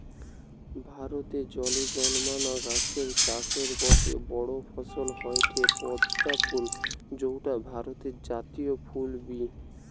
ভারতে জলে জন্মানা গাছের চাষের গটে বড় ফসল হয়ঠে পদ্ম ফুল যৌটা ভারতের জাতীয় ফুল বি